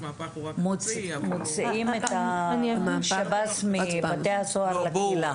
מוציאים של השב"ס מבתי הסוהר לקהילה.